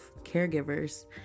caregivers